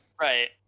Right